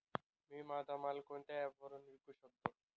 मी माझा माल कोणत्या ॲप वरुन विकू शकतो?